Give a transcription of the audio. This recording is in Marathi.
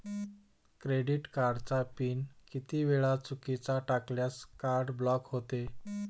क्रेडिट कार्डचा पिन किती वेळा चुकीचा टाकल्यास कार्ड ब्लॉक होते?